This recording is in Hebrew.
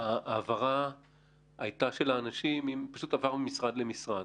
ההעברה הייתה של האנשים והנושא פשוט עבר ממשרד למשרד.